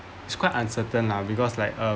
it's quite uncertain lah because like um